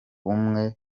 bumwe